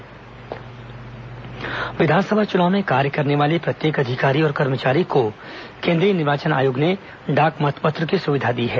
डाक मतपत्र विधानसभा चुनाव में कार्य करने वाले प्रत्येक अधिकारी और कर्मचारी को केंद्रीय निर्वाचन आयोग ने डाक मतपत्र की सुविधा दी है